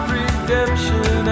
redemption